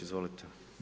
Izvolite.